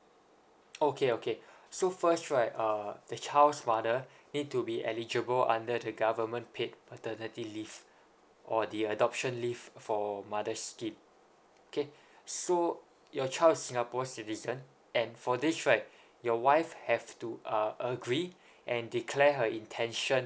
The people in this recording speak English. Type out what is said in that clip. okay okay so first right uh the child's mother need to be eligible under the government paid maternity leave or the adoption leave for mother's scheme okay so your child singapore citizen and for this right your wife have to uh agree and declared her intention